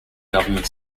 government